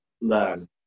learn